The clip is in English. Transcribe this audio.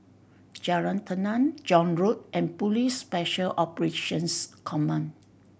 Jalan Tenang John Road and Police Special Operations Command